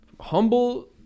humble